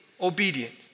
obedient